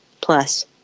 Plus